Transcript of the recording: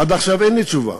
עד עכשיו אין לי תשובה.